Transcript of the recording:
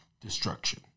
destruction